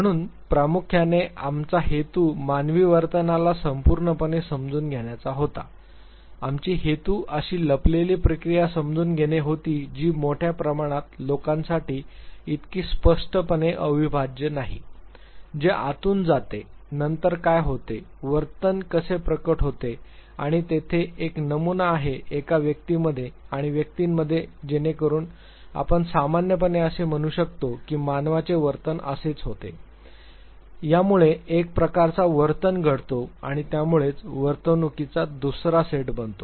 म्हणून प्रामुख्याने आमचा हेतू मानवी वर्तनाला संपूर्णपणे समजून घेण्याचा होता आमची हेतू अशी लपलेली प्रक्रिया समजून घेणे होती जी मोठ्या प्रमाणात लोकांसाठी इतकी स्पष्टपणे अविभाज्य नाही जे आतून जाते नंतर काय होते वर्तन कसे प्रकट होते आणि तेथे एक नमुना आहे एका व्यक्तीमध्ये आणि व्यक्तींमध्ये जेणेकरून आपण सामान्यपणे असे म्हणू शकतो की मानवाचे वर्तन असेच होते यामुळेच एक प्रकारचा वर्तन घडतो आणि यामुळेच वर्तणुकीचा दुसरा सेट बनतो